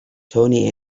tony